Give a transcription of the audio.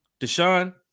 Deshaun